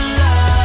love